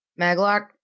Maglock